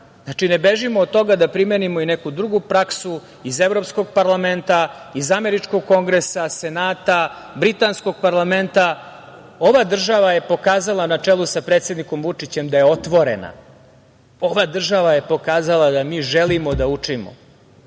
Znači, ne bežimo od toga da primenimo i neku drugu praksu iz Evropskog parlamenta, iz američkog Kongresa, Senata, britanskog parlamenta. Ova država je pokazala na čelu sa predsednikom Vučićem da je otvorena, ova država je pokazala da mi želimo da učimo